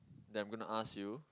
that I'm gonna ask you